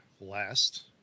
last